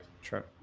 Sure